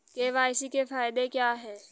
KYC के फायदे क्या है?